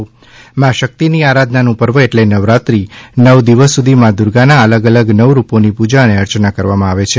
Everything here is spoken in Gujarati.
નવરાત્રી બીજું સ્વરૂપ મા શક્તિની આરાધનાનું પર્વ એટલે નવરાત્રી નવ દિવસ સુધી મા દુર્ગાના અલગ અલગ નવ રૂપોની પૂજા અને અર્ચના કરવામાં આવે છે